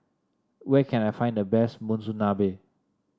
where can I find the best Monsunabe